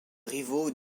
rivaux